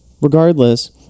Regardless